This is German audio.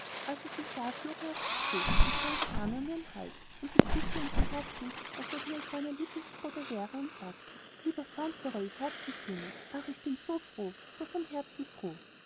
sie sah flog er auf sie zu und schlang die arme um ihren hals und sie küßte ihn so herzlich als ob er ihr kleiner lieblingsbruder wäre und sagte lieber fauntleroy herzensjunge ach ich bin so froh so von herzen froh